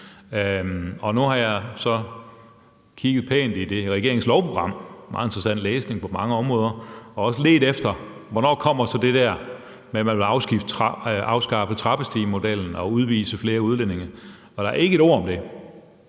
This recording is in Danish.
Nu har jeg så kigget pænt rundt i regeringens lovprogram – det er meget interessant læsning på mange områder – og også ledt efter, hvornår der så kommer det der med, at man vil afskaffe trappestigemodellen og udvise flere udlændinge, og der er ikke et ord om det.